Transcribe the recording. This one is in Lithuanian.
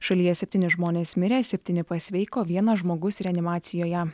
šalyje septyni žmonės mirė septyni pasveiko vienas žmogus reanimacijoje